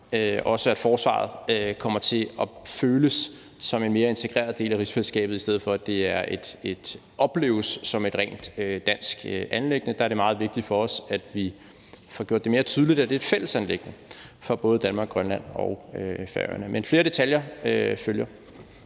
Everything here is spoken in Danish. også, at forsvaret kommer til at føles som en mere integreret del af rigsfællesskabet, i stedet for at det opleves som et rent dansk anliggende. Der er det meget vigtigt for os, at vi får gjort det mere tydeligt, at det er et fælles anliggende for både Danmark, Grønland og Færøerne. Men flere detaljer følger.